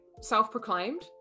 self-proclaimed